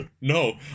No